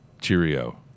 Cheerio